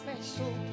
special